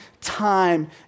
time